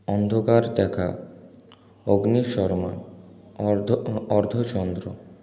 অন্ধকার দেখা অগ্নিশর্মা অর্ধ অর্ধ চন্দ্র